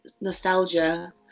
nostalgia